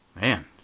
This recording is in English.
man